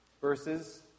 verses